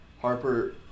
Harper